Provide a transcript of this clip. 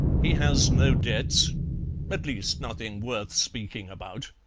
he has no debts at least, nothing worth speaking about.